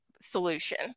solution